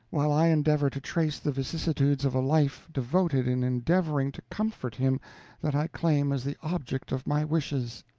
while i endeavor to trace the vicissitudes of a life devoted in endeavoring to comfort him that i claim as the object of my wishes.